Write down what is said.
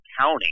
county